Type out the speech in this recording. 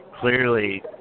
clearly